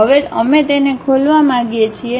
હવે અમે તેને ખોલવા માંગીએ છીએ